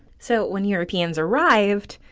so when europeans arrived,